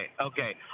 okay